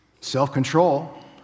self-control